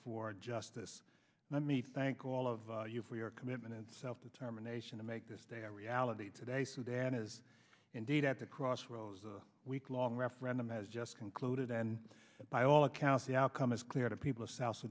for justice let me thank all of you for your commitment and self determination to make this day a reality today sudan is indeed at the crossroads a week long referendum has just concluded and by all accounts the outcome is clear to people